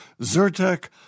Zyrtec